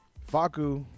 Faku